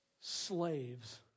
Slaves